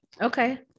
Okay